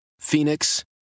Phoenix